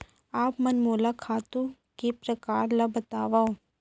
आप मन मोला खातू के प्रकार ल बतावव?